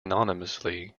anonymously